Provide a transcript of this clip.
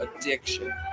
addiction